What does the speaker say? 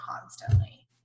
constantly